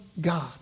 God